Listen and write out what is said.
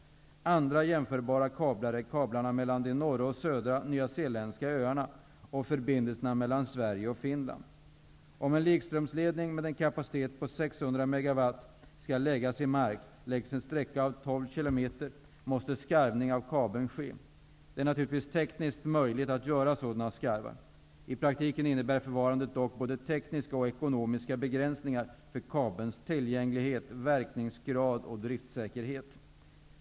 Andra jämförbara kablar är kablarna mellan de norra och södra nyzeeländska öarna och förbindelsen mellan Sverige och Finland. MW skall läggas i mark längs en sträcka av 12 km måste skarvning av kabeln ske. Det är naturligtvis tekniskt möjligt att göra sådana skarvar. I praktiken innebär förfarandet dock både tekniska och ekonomiska begränsningar för kabelns tillgänglighet, verkningsgrad och driftsäkerhet.